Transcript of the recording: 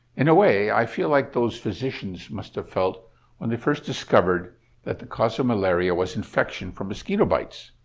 in a way, i feel like those physicians must have felt when they first discovered that the cause of malaria was infection from mosquito bites.